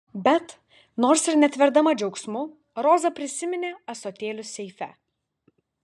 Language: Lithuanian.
bet nors ir netverdama džiaugsmu roza prisiminė ąsotėlius seife